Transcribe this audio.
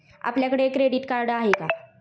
आपल्याकडे credit card आहे का?